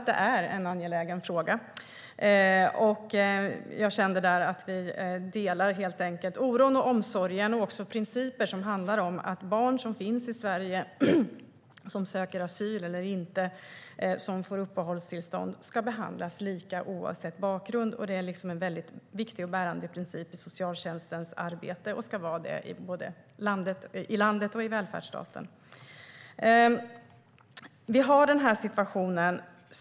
Det är en angelägen fråga. Jag kände där att vi delar oron för och viljan till att ge omsorg om barnen. Det handlar om principer som innebär att barn som befinner sig i Sverige - asylsökande eller inte, som får uppehållstillstånd - ska behandlas lika oavsett bakgrund. Det är en viktig och bärande princip i socialtjänstens arbete i vårt land och för en välfärdsstat.